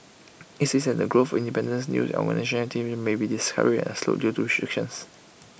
IT is said that the growth of independent news and organised activism may be discouraged and slowed due to restrictions